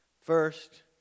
First